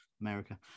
America